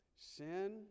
sin